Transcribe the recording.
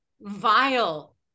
vile